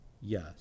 yes